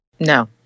no